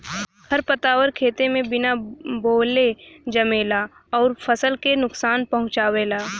खरपतवार खेते में बिना बोअले जामेला अउर फसल के नुकसान पहुँचावेला